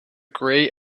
grey